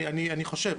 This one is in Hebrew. אני חושב.